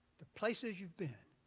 the places you've been,